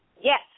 yes